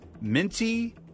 minty